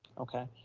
okay.